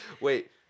Wait